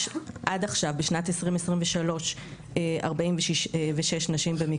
עד עכשיו, בשנת 2023 - 46 נשים במקלטים.